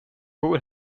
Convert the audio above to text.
bor